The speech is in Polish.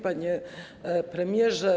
Panie Premierze!